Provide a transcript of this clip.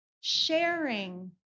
sharing